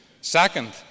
Second